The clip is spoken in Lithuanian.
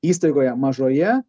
įstaigoje mažoje